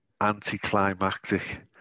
anticlimactic